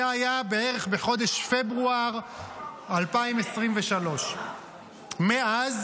זה היה בערך בחודש פברואר 2023. מאז